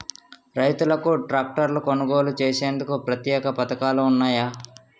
రైతులకు ట్రాక్టర్లు కొనుగోలు చేసేందుకు ప్రత్యేక పథకాలు ఉన్నాయా?